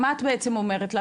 מה את בעצם אומרת לה?